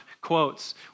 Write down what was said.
quotes